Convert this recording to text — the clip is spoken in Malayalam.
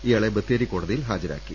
ഇയാളെ ബത്തേരി കോടതിയിൽ ഹാജരാക്കി